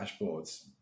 dashboards